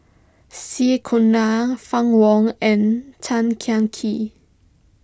C Fann Wong and Tan Kah Kee